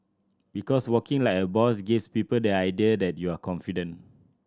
because walking like a boss gives people the idea that you are confident